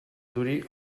dure